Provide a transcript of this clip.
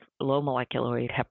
low-molecular-weight